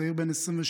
צעיר בן 22,